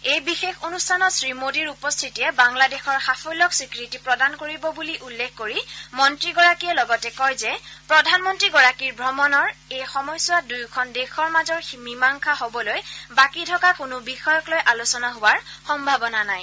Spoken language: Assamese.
এই বিশেষ অনুষ্ঠানত শ্ৰী মোদীৰ উপস্থিতিয়ে বাংলাদেশৰ সাফল্যক স্বীকৃতি প্ৰদান কৰিব বুলি উল্লেখ কৰি মন্ত্ৰীগৰাকীয়ে লগতে কয় যে প্ৰধানমন্ত্ৰীগৰাকীৰ ভ্ৰমণৰ এই সময়ছোৱাত দুয়োখন দেশৰ মাজৰ মীমাংসা হ'বলৈ বাকী থকা কোনো বিষয়ক লৈ আলোচনা হোৱাৰ সম্ভাৱনা নাই